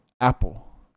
Apple